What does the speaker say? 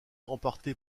remporté